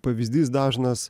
pavyzdys dažnas